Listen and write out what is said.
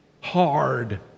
hard